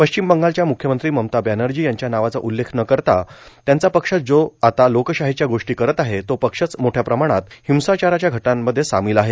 पश्चिम बंगालच्या मुख्यमंत्री ममता बॅनजी यांच्या नावाचा उल्लेख न करता त्यांचा पक्ष जो आता लोकशाहीच्या गोष्टी करत आहे तो पक्षच मोठ्या प्रमाणात हिंसाचाराच्या घटनांमध्ये सामील आहे